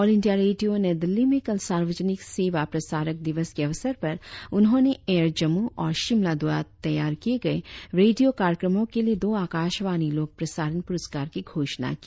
all India radio Nai Delhi में कल सार्वजनिक सेवा प्रसारक दिवस के अवसर पर उन्होंने एयर जम्मू और शिमला द्वारा तैयार किए गए रेडियों कार्यक्रमों के लिए दो आकाशवाणी लोक प्रसारण पुरस्कार कि घोषणा की